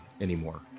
anymore